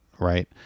right